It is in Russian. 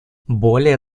более